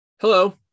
Hello